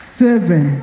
seven